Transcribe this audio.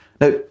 Now